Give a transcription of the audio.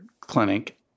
Clinic